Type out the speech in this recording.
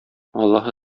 аллаһы